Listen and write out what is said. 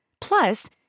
Plus